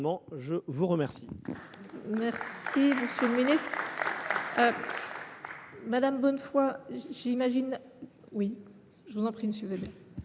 je vous remercie